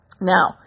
Now